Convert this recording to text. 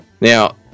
Now